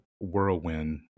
whirlwind